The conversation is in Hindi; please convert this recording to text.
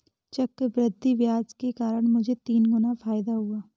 चक्रवृद्धि ब्याज के कारण मुझे तीन गुना फायदा हुआ